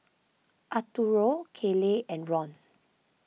Arturo Kaley and Ron